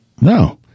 No